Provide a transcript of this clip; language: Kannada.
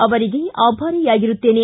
ಅವರಿಗೆ ಆಭಾರಿಯಾಗಿರುತ್ತೇನೆ